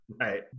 Right